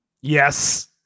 Yes